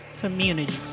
community